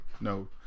no